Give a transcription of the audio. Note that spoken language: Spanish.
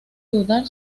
dudar